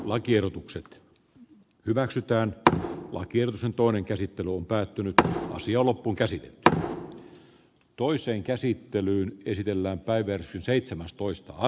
lakiehdotukset hyväksytään että lakien sen jos tätä elvytysrahaa suunnattaisiin enemmän pienituloisille